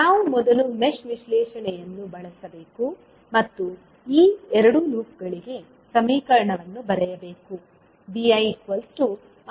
ನಾವು ಮೊದಲು ಮೆಶ್ ವಿಶ್ಲೇಷಣೆಯನ್ನು ಬಳಸಬೇಕು ಮತ್ತು ಈ 2 ಲೂಪ್ಗಳಿಗೆ ಸಮೀಕರಣವನ್ನು ಬರೆಯಬೇಕು